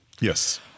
Yes